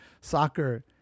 soccer